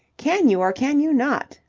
can you or can you not,